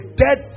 dead